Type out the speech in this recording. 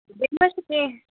بیٚیہِ ما چھُس کیٚنٛہہ